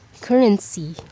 currency